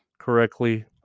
correctly